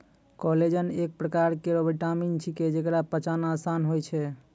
collagen एक परकार केरो विटामिन छिकै, जेकरा पचाना आसान होय छै